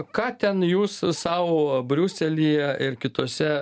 ką ten jūs sau briuselyje ir kitose